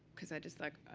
because i just like